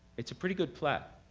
it's a pretty good play.